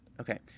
Okay